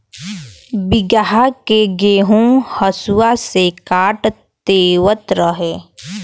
बीघहा के गेंहू हसुआ से काट देवत रहे